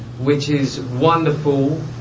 which is wonderful,